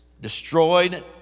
destroyed